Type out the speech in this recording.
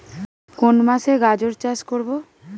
কোন মাসে গাজর চাষ করব?